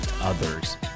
others